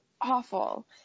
awful